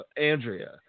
Andrea